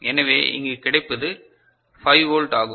எனவே இங்கு கிடைப்பது 5 வோல்ட் ஆகும்